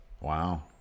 Wow